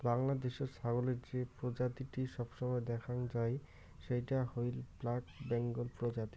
বাংলাদ্যাশত ছাগলের যে প্রজাতিটি সবসময় দ্যাখাং যাই সেইটো হইল ব্ল্যাক বেঙ্গল প্রজাতি